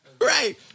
Right